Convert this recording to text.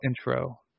intro